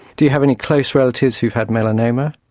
do you have any close relatives who've had melanoma?